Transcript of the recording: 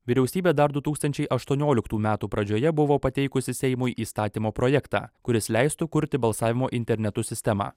vyriausybė dar du tūkstančiai aštuonioliktų metų pradžioje buvo pateikusi seimui įstatymo projektą kuris leistų kurti balsavimo internetu sistemą